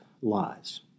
lies